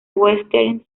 westerns